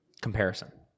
comparison